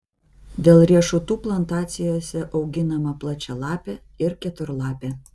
dėl riešutų plantacijose auginama plačialapė ir keturlapė